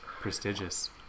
Prestigious